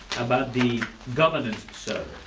about the governance so